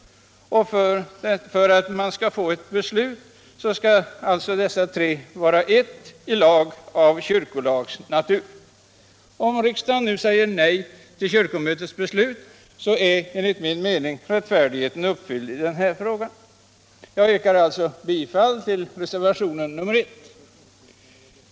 För att man skall få ett beslut skall alltså dessa tre vara ett i lag av kyrkolags natur. Om riksdagen nu säger nej till kyrkomötets beslut, så är enligt min mening rättfärdigheten uppfylld i denna fråga. Jag yrkar alltså bifall till reservationen 1.